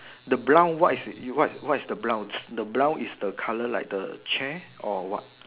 the brown what is what is the brown the brown is the colour of the chair or what